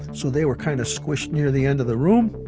so they were kind of squished near the end of the room.